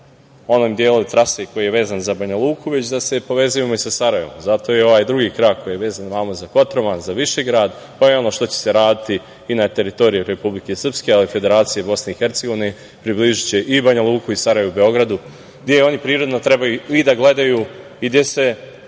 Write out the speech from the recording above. onim delom trase koji je vezan za Banja Luku, već da se povezujemo i sa Sarajevom. Zato će ovaj drugi krak, koji je vezan za Kotroman, za Višegrad, pa i ono što će se raditi i na teritoriji Republike Srpske, ali i Federacije BiH, približiti Banja Luku i Sarajevo Beogradu, gde oni prirodno treba da gledaju i gde su,